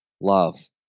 love